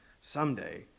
Someday